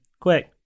Quick